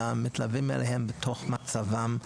אלא מתלווים אליהם בתוך מצבם.